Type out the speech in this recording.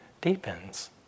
deepens